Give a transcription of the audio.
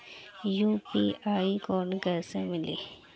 UPI code कैसे मिली?